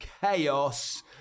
chaos